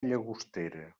llagostera